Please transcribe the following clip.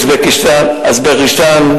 אזרבייג'ן,